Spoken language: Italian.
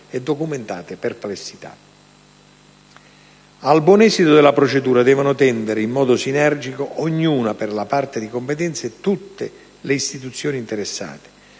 Al buon esito della procedura devono tendere in modo sinergico, ognuna per la parte di competenza, tutte le istituzioni interessate,